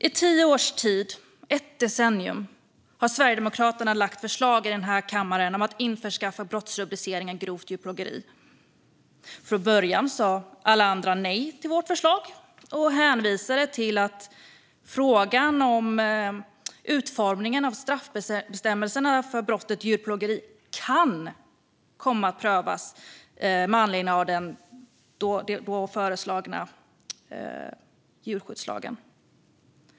I tio års tid - ett decennium - har Sverigedemokraterna lagt fram förslag i den här kammaren om att införa brottsrubriceringen grovt djurplågeri. Från början sa alla andra nej till våra förslag och hänvisade till att frågan om utformningen av straffbestämmelserna för brottet djurplågeri kunde komma att prövas med anledning av den då föreslagna djurskyddslagen.